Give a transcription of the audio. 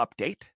update